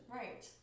right